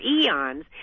eons